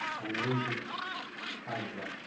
ꯁꯥꯟꯅꯔꯣꯏꯅꯤ ꯍꯥꯏꯕꯗ